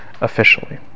officially